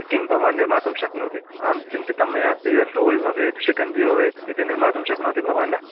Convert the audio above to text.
किं भवान् निर्मातुं शक्नोति अहं चिन्तितं मया अस्ति यत् दोल् भवेत् शिखञ्जि भवेत् इति सर्वं निर्मातुं शक्नोति भवान्